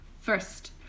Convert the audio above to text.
first